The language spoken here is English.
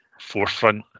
forefront